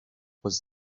was